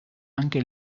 anche